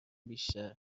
بیشتر